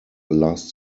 last